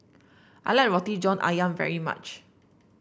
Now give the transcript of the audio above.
I like Roti John ayam very much